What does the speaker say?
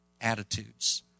attitudes